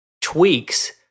tweaks